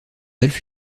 dalles